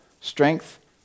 strength